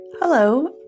Hello